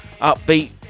upbeat